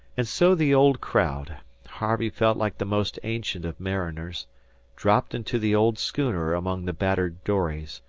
and so the old crowd harvey felt like the most ancient of mariners dropped into the old schooner among the battered dories,